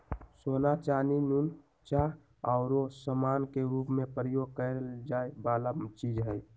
सोना, चानी, नुन, चाह आउरो समान के रूप में प्रयोग करए जाए वला चीज हइ